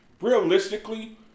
realistically